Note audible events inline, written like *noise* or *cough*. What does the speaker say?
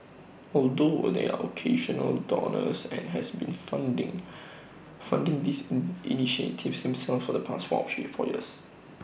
although there are occasional donors and has been funding funding these in initiatives himself for the past *unintelligible* four years